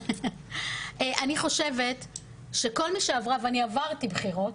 אני חושבת שכל מי שעברה, ואני עברתי בחירות,